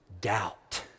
doubt